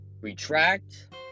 retract